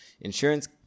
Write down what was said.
insurance